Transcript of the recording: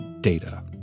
data